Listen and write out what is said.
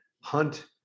hunt